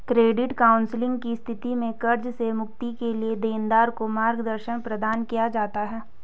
credit counselling की स्थिति में कर्ज से मुक्ति के लिए देनदार को मार्गदर्शन प्रदान किया जाता है